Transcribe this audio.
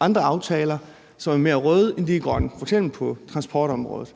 andre aftaler, som er mere røde, end de er grønne, f.eks. på transportområdet.